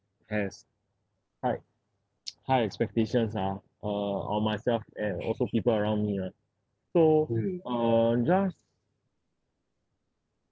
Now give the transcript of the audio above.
has high high expectations lah uh on myself and also people around me right so uh just